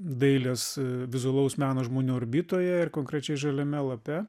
dailės vizualaus meno žmonių orbitoje ir konkrečiai žaliame lape